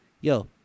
Yo